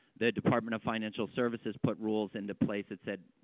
the department of financial services put rules into place that said,